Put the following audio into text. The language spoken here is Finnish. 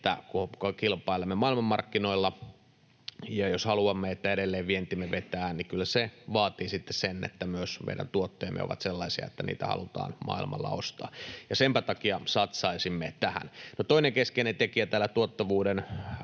että kilpailemme maailmanmarkkinoilla, ja jos haluamme, että edelleen vientimme vetää, niin kyllä se vaatii sitten sen, että myös meidän tuotteemme ovat sellaisia, että niitä halutaan maailmalla ostaa. Ja senpä takia satsaisimme tähän. No toinen keskeinen tekijä täällä tuottavuuden